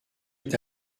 est